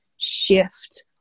shift